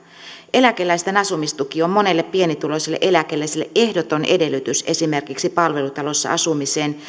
eläkeläisten asumistuki on monelle pienituloiselle eläkeläiselle ehdoton edellytys esimerkiksi palvelutalossa asumiselle